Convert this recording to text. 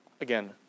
again